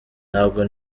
ntabwo